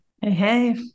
Hey